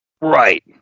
Right